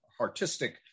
artistic